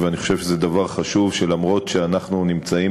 ואני חושב שזה דבר חשוב שלמרות שאנחנו נמצאים